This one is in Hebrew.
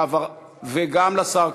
וגם השר,